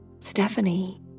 Stephanie